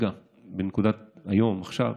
כרגע, היום, עכשיו,